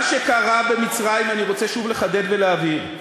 מה שקרה במצרים, אני רוצה שוב לחדד ולהבהיר.